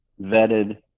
vetted